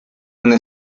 una